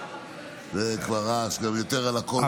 זה כבר רעש גם יותר מהקול,